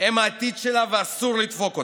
הם העתיד שלה ואסור לדפוק אותם,